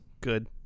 Good